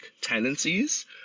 tendencies